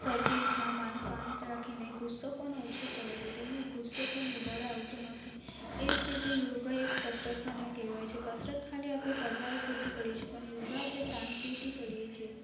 સરખી રીતના મન શાંત રાખીને ગુસ્સો પણ ઓછો કરે છે તેનો ગુસ્સો પણ વધારે આવતો નથી એજ રીતે યોગા એક કસરત પણ કહેવાય છે કસરત ખાલી આપણે કરવા પૂરતી કરીએ છીએ પણ યોગા આપણે શાંતિથી કરીએ છીએ